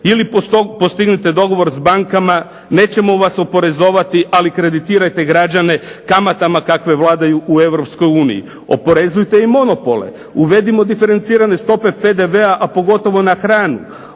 ili postignite dogovor sa bankama nećemo vas oporezovati ali kreditirajte građane kamatama kakve vladaju u Europskoj uniji. Oporezujte i monopole. Uvedimo diferencirane stope PDV-a, a pogotovo na hranu.